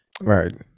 right